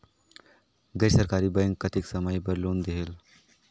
गैर सरकारी बैंक कतेक समय बर लोन देहेल?